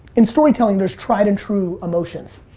in storytelling, there's tried-and-true emotions.